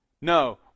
No